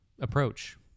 approach